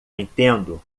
entendo